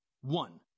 One